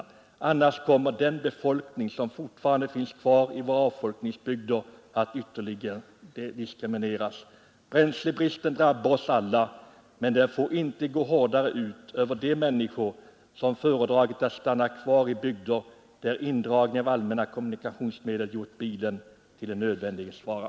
Annars kommer den befolkning som fortfarande finns kvar i våra avfolkningsbygder att ytterligare diskrimineras. Bränslebristen drabbar oss alla — men den får inte gå hårdare ut över de människor som föredragit att stanna i bygder där indragningen av allmänna kommunikationsmedel gjort bilen till en nödvändighetsvara.